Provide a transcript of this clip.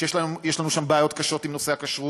יש לנו שם בעיות קשות עם נושא הכשרות,